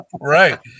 right